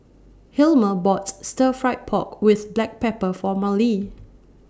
Hilmer bought Stir Fried Pork with Black Pepper For Marlee